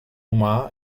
humà